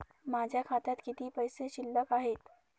माझ्या खात्यात किती पैसे शिल्लक आहेत?